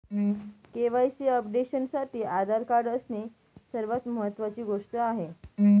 KYC अपडेशनसाठी Aadhaar card असणे सर्वात महत्वाची गोष्ट आहे